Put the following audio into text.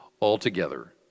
altogether